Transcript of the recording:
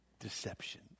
Deception